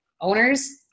owners